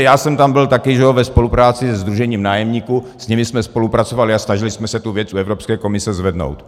Já jsem tam byl taky ve spolupráci se sdružením nájemníků, s nimi jsme spolupracovali a snažili jsme se tu věc u Evropské komise zvednout.